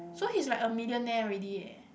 so he is like a millionaire already eh